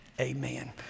amen